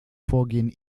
vorgehen